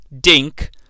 Dink